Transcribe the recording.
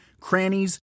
crannies